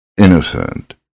innocent